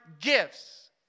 gifts